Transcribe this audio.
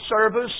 service